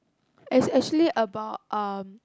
is actually about um